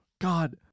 God